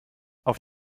auf